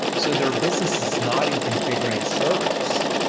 so their business is not in configuring servers.